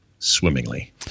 swimmingly